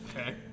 Okay